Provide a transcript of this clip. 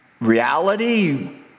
reality